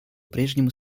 прежнему